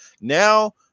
Now